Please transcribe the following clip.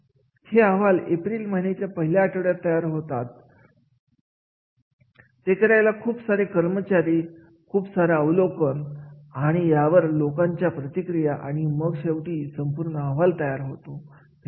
हे अहवाल एप्रिल महिन्याच्या पहिल्या आठवड्यात तयार होतात करण्याला खूप सारे कर्मचारी खूप सारा अवलोकन त्यावर लोकांच्या प्रतिक्रिया आणि मग शेवटी संपूर्ण अहवाल तयार होतो